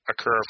occur